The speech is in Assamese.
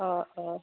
অঁ অঁ